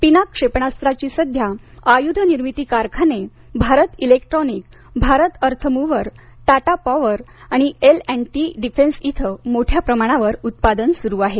पिनाक क्षेपनासत्र ची सध्या आयुध निर्मिती कारखाने Bharat electronic Bharat earthmover Tata power आणि एल अँड टी डिफेन्स येथे मोठ्या प्रमाणावर उत्पादन सुरु आहे